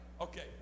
Okay